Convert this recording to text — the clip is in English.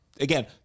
again